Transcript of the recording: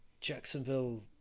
Jacksonville